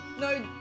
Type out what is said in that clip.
No